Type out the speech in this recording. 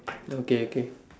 okay okay